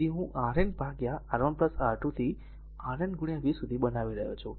તેથી હું Rn R1 R2 થી Rn v સુધી બનાવી રહ્યો છું